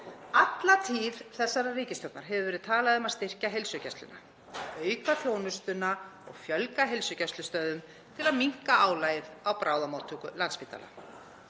Alla tíð þessarar ríkisstjórnar hefur verið talað um að styrkja heilsugæsluna, auka þjónustuna og fjölga heilsugæslustöðvum til að minnka álagið á bráðamóttöku Landspítala.